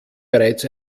bereits